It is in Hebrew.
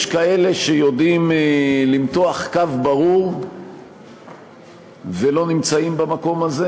יש כאלה שיודעים למתוח קו ברור ולא נמצאים במקום הזה.